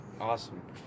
awesome